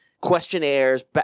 questionnaires